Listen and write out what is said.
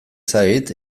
zait